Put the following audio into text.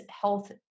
health